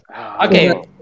Okay